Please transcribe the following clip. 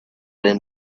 rim